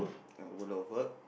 uh overload of work